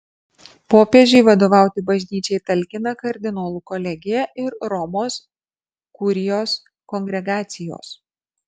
popiežiui vadovauti bažnyčiai talkina kardinolų kolegija ir romos kurijos kongregacijos